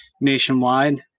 nationwide